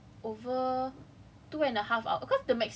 but his class was like over